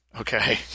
Okay